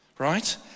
Right